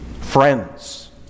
Friends